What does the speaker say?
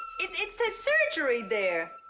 it it says surgery there.